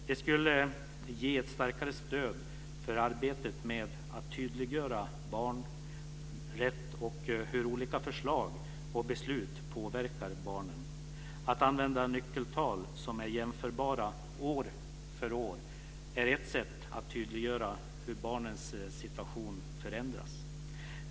Det skulle ge ett starkare stöd för arbetet med att tydliggöra barn rätt och när det gäller hur olika förslag och beslut påverkar barnen. Att använda nyckeltal som är jämförbara år för år är ett sätt att tydliggöra hur barnens situation förändras.